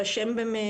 לסעיף לב,